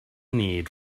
need